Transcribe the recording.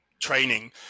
training